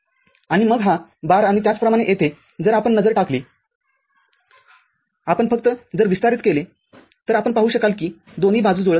आणि मग हा बार आणि त्याचप्रमाणे येथे जर आपण फक्त नजर टाकलीआपण फक्त जर विस्तारीत केले तर आपण पाहू शकाल कि दोन्ही बाजू जुळत नाहीत